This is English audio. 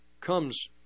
comes